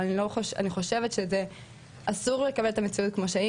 אבל אני חושבת שזה אסור לקבל את המציאות כמו שהיא